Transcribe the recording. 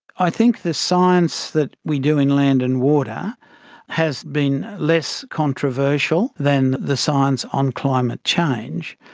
i think the science that we do in land and water has been less controversial than the science on climate change,